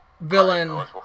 villain